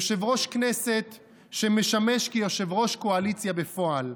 יושב-ראש כנסת שמשמש כיושב-ראש קואליציה בפועל,